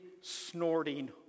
snorting